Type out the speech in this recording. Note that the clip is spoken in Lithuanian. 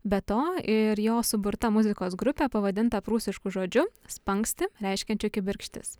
be to ir jo suburta muzikos grupė pavadinta prūsišku žodžiu spangsti reiškiančiu kibirkštis